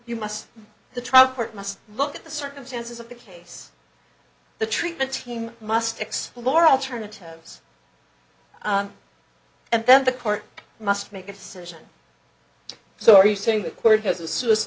court must look at the circumstances of the case the treatment team must explore alternatives and then the court must make a decision so are you saying the court has a suicide